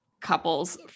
couples